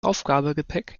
aufgabegepäck